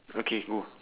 okay go